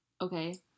Okay